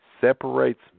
separates